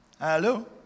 Hello